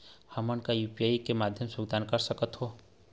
हमन का यू.पी.आई के माध्यम भुगतान कर सकथों?